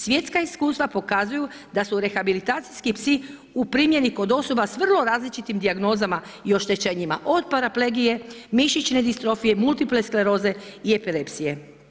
Svjetska iskustva pokazuju da su rehabilitacijski psi u primjeni kod osoba s vrlo različitim dijagnozama i oštećenjima od paraplegije, mišićne distrofije, multiplaskleroze i epilepsije.